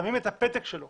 שמים את הפתק שלו